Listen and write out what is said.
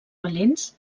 valents